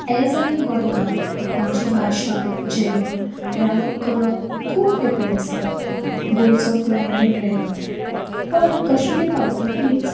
as आमी गोंयकार आमची भाशा जेवण रावप करप खूब वेगळें आसा गोंयचो क्लायमॅट वेगळो पण कश्मीर पावतकीच